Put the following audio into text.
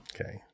Okay